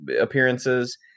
appearances